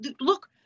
look